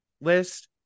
list